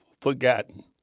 forgotten